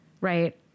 right